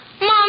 Mom